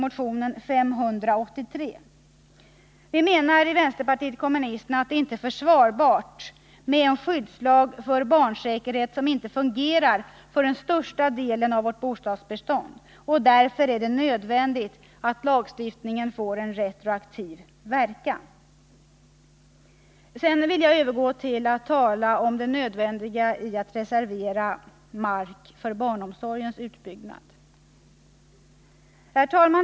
Vi från vänsterpartiet kommunisterna menar att det inte är försvarbart med en skyddslag för barnsäkerhet, som inte fungerar för den största delen av vårt bostadsbestånd. Därför är det nödvändigt att lagstiftningen får en retroaktiv verkan, och därför yrkar jag bifall till motionen 533. Herr talman! Jag vill sedan övergå till att tala om det nödvändiga i att reservera mark för barnomsorgens utbyggnad.